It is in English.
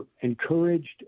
encouraged